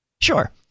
Sure